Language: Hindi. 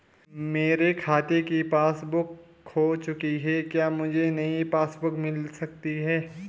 मेरे खाते की पासबुक बुक खो चुकी है क्या मुझे नयी पासबुक बुक मिल सकती है?